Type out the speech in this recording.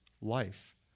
life